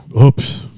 Oops